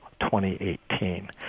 2018